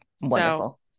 wonderful